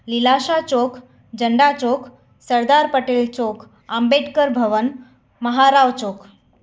Lilashah Chowk Jhanda Chowk Sardar Patel Chowk Ambedkar Bhavan Maharao Chowk